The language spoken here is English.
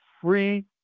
Free